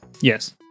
Yes